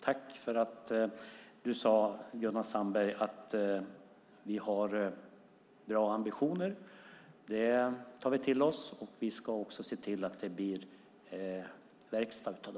Tack för att du sade att vi har bra ambitioner, Gunnar Sandberg! Det tar vi till oss. Vi ska också se till att det blir verkstad av dem.